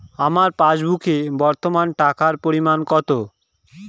আমার পাসবুকে বর্তমান টাকার পরিমাণ কত?